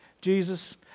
Jesus